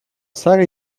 sary